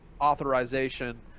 authorization